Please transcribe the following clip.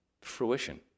fruition